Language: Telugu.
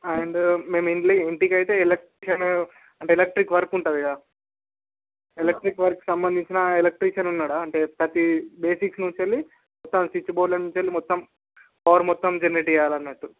అండ్ మేము ఇం ఇంటికి అయితే ఎలక్ట్రీషియన్ అంటే ఎలక్ట్రిక్ వర్క్ ఉంటుంది కదా ఎలక్ట్రిక్ వర్క్ సంబంధించిన ఎలక్ట్రీషియన్ ఉన్నాడా అంటే ప్రతీ బేసిక్ నుంచి మొత్తం స్విచ్బోర్డుల నుంచి మొత్తం పవర్ మొత్తం జనరేట్ చెయ్యాలి అన్నట్టు